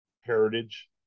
heritage